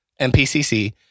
MPCC